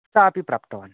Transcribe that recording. ताम् अपि प्राप्तवान्